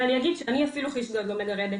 ואני אגיד שאני אפילו חיש-גד לא מגרדת.